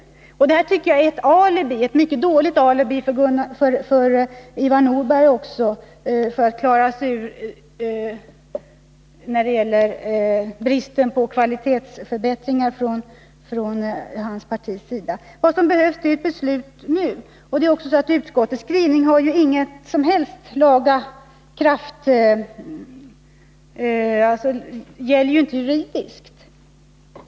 Jag tycker att detta är ett mycket dåligt alibi för att klara sig från bristen på kvalitetsförbättringar — också för Ivar Nordberg när det gäller hans parti. Vad som behövs är ett beslut nu. Utskottsskrivningen gäller inte juridiskt.